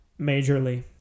majorly